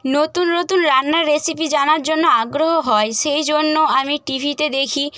নতুন নতুন রান্নার রেসিপি জানার জন্য আগ্রহ হয় সেই জন্য আমি টি ভিতে দেখি